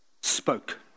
spoke